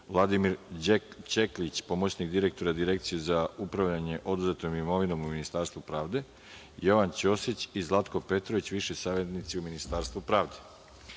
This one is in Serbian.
Vladimir Ćeklić, pomoćnik direktora Direkcije za upravljanje oduzetom imovinom u Ministarstvu pravde, Jovan Ćosić i Zlatko Petrović, viši savetnici u Ministarstvu